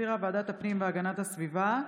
שהחזירה ועדת הפנים והגנת הסביבה,